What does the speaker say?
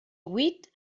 huit